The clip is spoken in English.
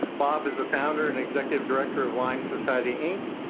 bob is the founder and executive director of lyme society, inc.